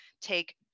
take